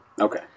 Okay